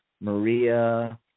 Maria